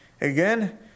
Again